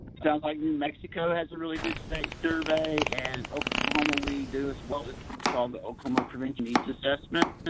sounds like new mexico has a really good state survey. in and oklahoma, we do as well. it is called the oklahoma prevention needs assessment. and